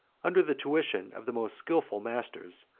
under the tuition of the most skilful masters,